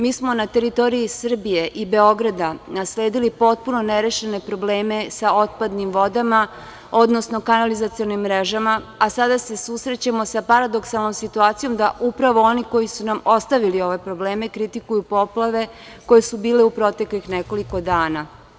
Mi smo na teritoriji Srbije i Beograda nasledili potpuno nerešene probleme sa otpadnim vodama, odnosno kanalizacionim mrežama, a sada se susrećemo sa paradoksalnom situacijom da upravo oni koji su nam ostavili ove probleme, kritikuju poplave koje su bile u proteklih nekoliko dana.